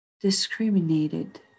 discriminated